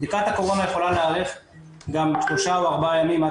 בדיקת קורונה יכולה להיערך גם שלושה או ארבעה ימים עד